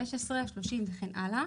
15, 30 וכן הלאה,